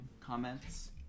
comments